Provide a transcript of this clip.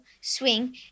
swing